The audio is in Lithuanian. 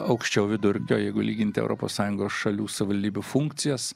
aukščiau vidurkio jeigu lyginti europos sąjungos šalių savivaldybių funkcijas